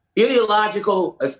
ideological